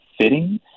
fitting